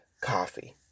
coffee